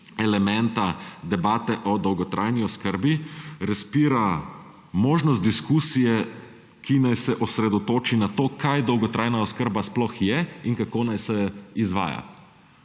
elementa debate o dolgotrajni oskrbi, razpira možnost diskusije, ki naj se osredotoči na to, kaj dolgotrajna oskrba sploh je in kako naj se izvaja,